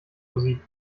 musik